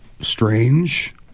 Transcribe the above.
strange